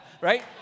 right